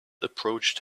approached